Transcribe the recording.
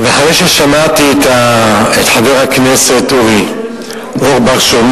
אבל אחרי ששמעתי את חבר הכנסת אורי אורבך אומר